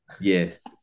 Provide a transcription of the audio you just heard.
Yes